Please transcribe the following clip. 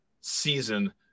season